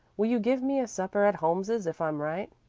will you give me a supper at holmes's if i'm right?